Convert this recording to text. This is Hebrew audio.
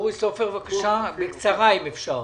אופיר סופר, בקצרה אם אפשר.